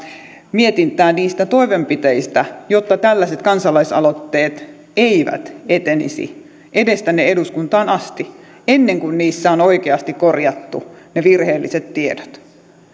mietintää niistä toimenpiteistä jotta tällaiset kansalaisaloitteet eivät etenisi edes tänne eduskuntaan asti ennen kuin niissä on oikeasti korjattu ne virheelliset tiedot